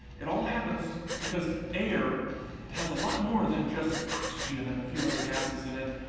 it all happens, because air has a lot more than just oxygen and a few other gases in it,